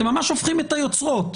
אתם ממש הופכים את היוצרות.